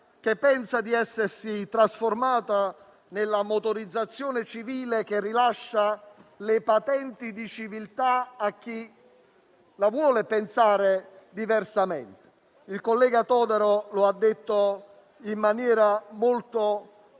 e di essersi trasformata nella motorizzazione civile che rilascia le patenti di civiltà a chi la vuole pensare diversamente. Il collega Totaro lo ha detto in maniera molto chiara